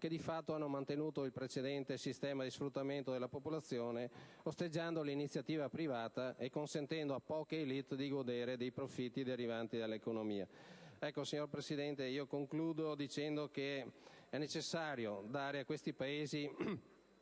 che, di fatto, hanno mantenuto il precedente sistema di sfruttamento della popolazione osteggiando l'iniziativa privata e consentendo a poche élite di godere dei profitti derivanti dall'economia. Signora Presidente, concludo dicendo che è necessario dare a questi Paesi,